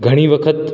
ઘણી વખત